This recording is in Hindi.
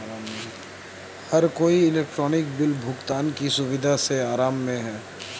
हर कोई इलेक्ट्रॉनिक बिल भुगतान की सुविधा से आराम में है